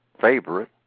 favorite